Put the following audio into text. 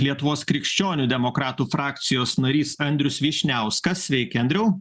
lietuvos krikščionių demokratų frakcijos narys andrius vyšniauskas sveiki andriau